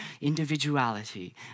individuality